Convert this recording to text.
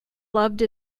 loved